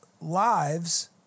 lives